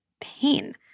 pain